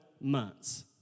months